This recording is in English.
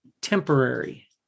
temporary